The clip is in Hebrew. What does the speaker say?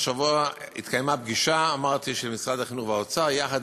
השבוע התקיימה פגישה של משרד החינוך והאוצר יחד